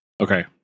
Okay